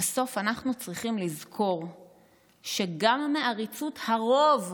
בסוף אנחנו צריכים לזכור שגם מעריצות הרוב,